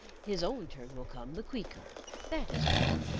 his own turn will come the queecker that is all.